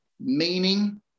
meaning